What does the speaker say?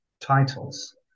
titles